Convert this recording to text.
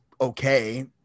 okay